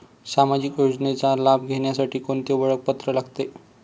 सामाजिक योजनेचा लाभ घेण्यासाठी कोणते ओळखपत्र लागते?